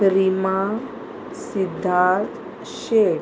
Rima Siddharth Shaikh